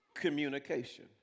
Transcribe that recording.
communication